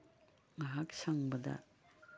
ꯉꯍꯥꯛ ꯁꯪꯕꯗ